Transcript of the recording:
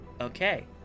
Okay